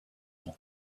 ans